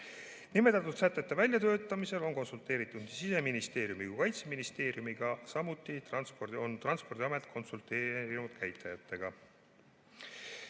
Nimetatud sätete väljatöötamisel on konsulteeritud Siseministeeriumi ja Kaitseministeeriumiga, samuti on Transpordiamet konsulteerinud käitajatega. Teiseks,